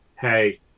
hey